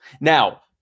Now